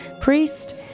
priest